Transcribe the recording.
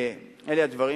אלה הדברים,